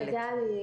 תודה, עאידה.